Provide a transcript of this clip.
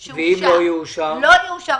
ל-2020,